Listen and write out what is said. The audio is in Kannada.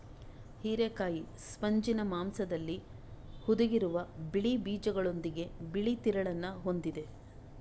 ಹಿರೇಕಾಯಿ ಸ್ಪಂಜಿನ ಮಾಂಸದಲ್ಲಿ ಹುದುಗಿರುವ ಬಿಳಿ ಬೀಜಗಳೊಂದಿಗೆ ಬಿಳಿ ತಿರುಳನ್ನ ಹೊಂದಿದೆ